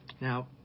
Now